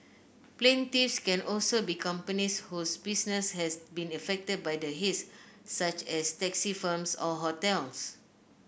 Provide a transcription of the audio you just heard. plaintiffs can also be companies whose business has been affected by the haze such as taxi firms or hotels